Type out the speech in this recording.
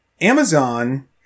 Amazon